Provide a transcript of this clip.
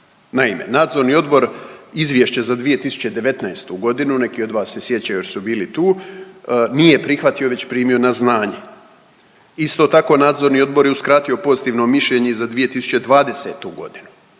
Naime, nadzorni odbor izvješće za 2019. godinu, neki od vas se sjećaju jer su bili tu nije prihvatio već primio na znanje. Isto tako nadzorni odbor je uskratio pozitivno mišljenje za 2020. godinu.